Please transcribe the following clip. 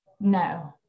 no